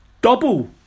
double